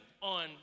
on